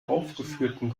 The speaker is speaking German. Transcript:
aufgeführten